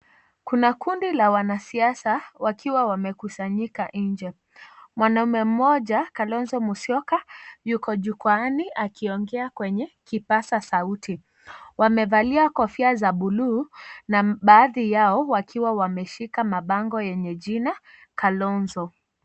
Kuna kundi la wanasiasa wakiwa wamekusanyika nje, mwanaume mmoja Kalonzo Musyoka yuko jukuani akiongea kwenye, kipasa sauti, wamevalia kofia za (cs)blue(cs), na baadhi yao wakiwa wameshika mabango yenye jina Kalonzo.